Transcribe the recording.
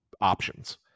options